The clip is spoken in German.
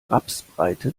rapsbreite